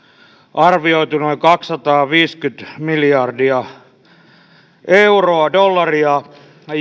arvioitu noin kaksisataaviisikymmentä miljardia dollaria